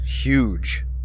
Huge